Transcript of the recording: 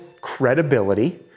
credibility